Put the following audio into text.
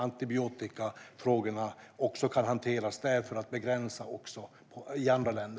Antibiotikafrågorna ska hanteras där för att begränsa användningen i andra länder.